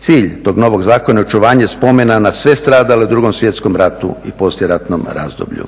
Cilj tog novog zakona je očuvanje spomena na sve stradale u 2.svjetskom ratu i poslijeratnog razdoblju.